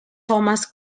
thomas